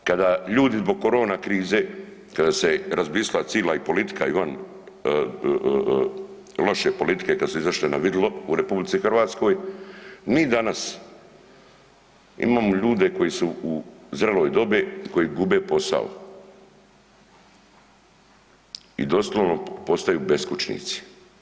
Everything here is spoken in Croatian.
I danas kada ljudi zbog korona krize, kada se razbistrila cila i politika i van loše politike kad su izašle na vidilo u RH, mi danas imamo ljudi koji su u zreloj dobi koji gube posao i doslovno postaju beskućnici.